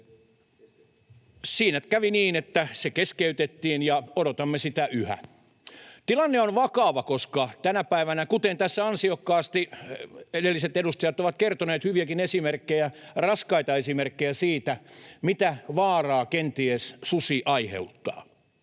Siinä kävi niin, että se keskeytettiin, ja odotamme sitä yhä. Tilanne on vakava, koska tänä päivänä... Tässä ansiokkaasti edelliset edustajat ovat kertoneet hyviäkin esimerkkejä, raskaita esimerkkejä siitä, mitä vaaraa kenties susi aiheuttaa.